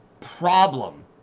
problem